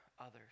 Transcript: others